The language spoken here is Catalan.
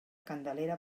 candelera